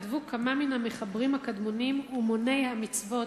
כתבו כמה מן המחברים הקדמונים ומוני המצוות,